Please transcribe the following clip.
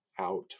out